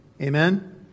Amen